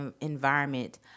environment